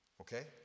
Okay